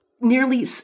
nearly